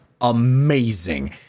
amazing